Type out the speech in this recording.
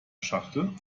schachtel